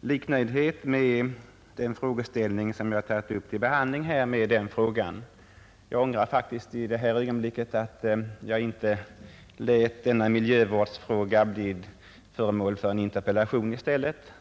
liknöjdhet för det problem som jag tagit upp till behandling med min fråga. Jag ångrar faktiskt i detta ögonblick att jag inte lät denna miljövårdsfråga bli föremål för en interpellation i stället.